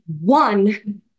one